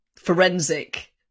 forensic